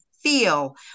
Feel